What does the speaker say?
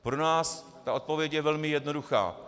Pro nás odpověď je velmi jednoduchá.